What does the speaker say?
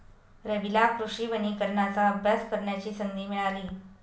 रवीला कृषी वनीकरणाचा अभ्यास करण्याची संधी मिळाली